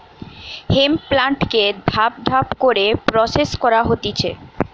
hemp প্লান্টকে ধাপ ধাপ করে প্রসেস করা হতিছে